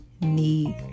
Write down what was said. need